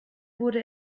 wurde